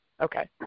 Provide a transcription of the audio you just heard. Okay